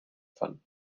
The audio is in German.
fanden